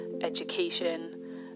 education